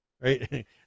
right